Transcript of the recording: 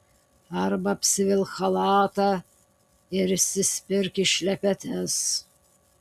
arba apsivilk chalatą ir įsispirk į šlepetes